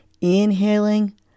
inhaling